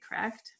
correct